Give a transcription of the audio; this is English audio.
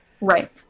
right